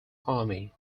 army